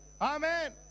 Amen